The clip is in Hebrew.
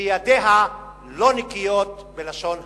וידיה לא נקיות בלשון המעטה.